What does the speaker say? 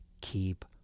keep